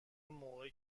موقع